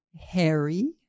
Harry